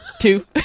Two